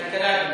כלכלה.